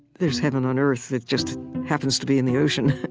there's heaven on earth. it just happens to be in the ocean.